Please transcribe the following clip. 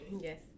Yes